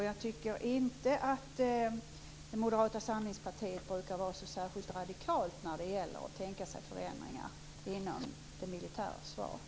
Jag tycker inte att Moderata samlingspartiet brukar vara så särskilt radikalt när det gäller att tänka sig förändringar inom det militära försvaret.